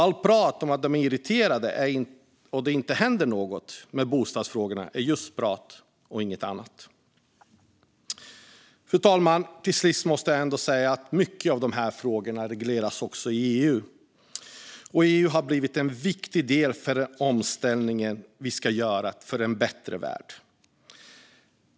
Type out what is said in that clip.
Allt prat om att de är irriterade över att det inte händer något med bostadsfrågorna är just prat och inget annat. Fru talman! Till sist måste jag säga att mycket av de här frågorna regleras i EU. EU har blivit en viktig del i omställningen vi ska göra för en bättre värld.